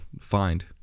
find